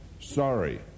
Sorry